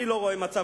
אני לא רואה מצב,